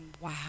Wow